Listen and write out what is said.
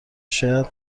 شاید